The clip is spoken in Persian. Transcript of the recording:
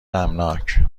غمناک